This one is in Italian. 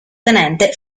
tenente